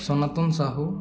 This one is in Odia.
ସନାତନ ସାହୁ